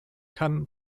kann